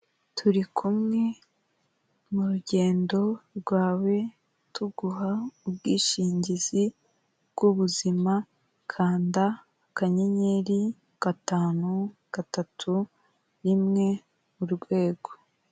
Turi kumwe mu rugendo rwawe tuguha ubwishingizi bw'ubuzima kanda akanyenyeri, gatanu, gatatu, rimwe urwego.